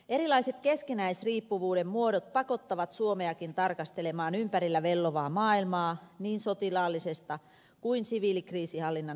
erilaiset keskinäisriippuvuuden muodot pakottavat suomeakin tarkastelemaan ympärillä vellovaa maailmaa niin sotilaallisesta kuin siviilikriisinhallinnan näkökulmastakin